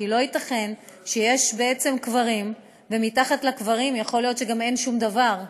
כי לא ייתכן שיש בעצם קברים ומתחת לקברים גם יכול להיות שאין שום דבר.